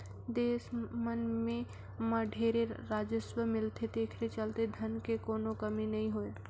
देस मन मं ढेरे राजस्व मिलथे तेखरे चलते धन के कोनो कमी नइ होय